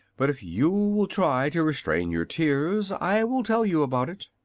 but if you will try to restrain your tears i will tell you about it.